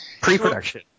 Pre-production